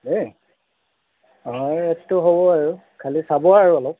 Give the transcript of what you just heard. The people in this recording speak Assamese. দেই অঁ ৰেটটো হ'ব আৰু খালি চাব আৰু অলপ